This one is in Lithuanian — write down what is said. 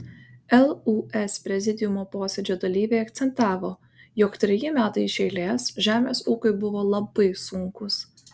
lūs prezidiumo posėdžio dalyviai akcentavo jog treji metai iš eilės žemės ūkiui buvo labai sunkūs